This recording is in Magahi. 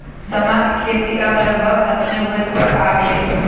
समा के खेती अब लगभग खतमे होय पर आ गेलइ ह